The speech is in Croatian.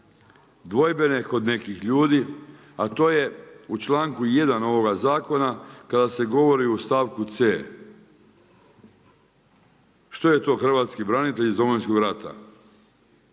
dvojbene kod nekih ljudi, a to je u članku 1. ovog zakona kada se govori u stavku c., što je to hrvatski branitelj iz Domovinskog rata